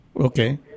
Okay